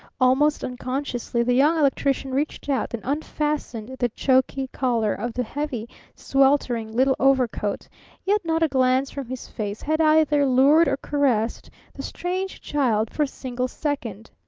almost unconsciously the young electrician reached out and unfastened the choky collar of the heavy, sweltering little overcoat yet not a glance from his face had either lured or caressed the strange child for a single second.